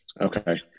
Okay